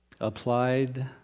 applied